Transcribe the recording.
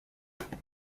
trap